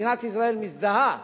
שמדינת ישראל מזדהה